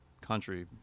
country